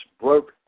broke